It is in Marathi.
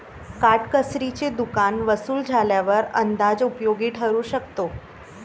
काटकसरीचे दुकान वसूल झाल्यावर अंदाज उपयोगी ठरू शकतो